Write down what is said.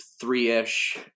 three-ish